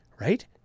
right